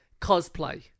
Cosplay